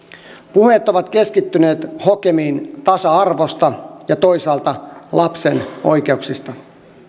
puheet ovat keskittyneet hokemiin tasa arvosta ja toisaalta lapsen oikeuksista